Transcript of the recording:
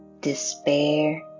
Despair